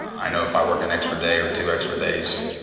i know if i work an extra day or two extra days,